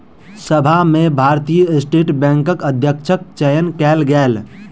सभा में भारतीय स्टेट बैंकक अध्यक्षक चयन कयल गेल